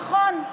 נכון,